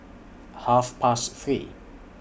Half Past three